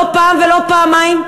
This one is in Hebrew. לא פעם ולא פעמיים,